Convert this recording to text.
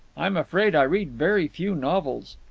i'm afraid i read very few novels.